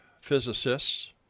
physicists